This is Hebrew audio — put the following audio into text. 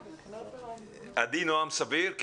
עדי נועם סביר.